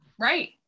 right